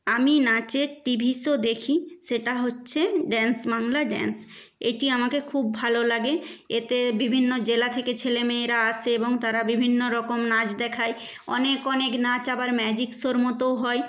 আমি নাচের TV show দেখি সেটা হচ্ছে ডান্স বাংলা ডান্স এটি আমাকে খুব ভালো লাগে এতে বিভিন্ন জেলা থেকে ছেলেমেয়েরা আসে এবং তারা বিভিন্ন রকম নাচ দেখায় অনেক অনেক নাচ আবার ম্যাজিক শোর মতোও হয়